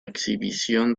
exhibición